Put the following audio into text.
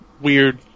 weird